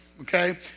Okay